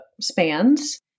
spans